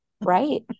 right